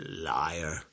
Liar